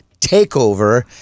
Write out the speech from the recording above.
takeover